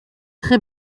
très